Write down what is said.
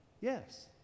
Yes